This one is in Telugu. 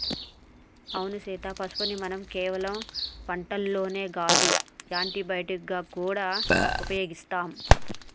అవును సీత పసుపుని మనం కేవలం వంటల్లోనే కాదు యాంటీ బయటిక్ గా గూడా ఉపయోగిస్తాం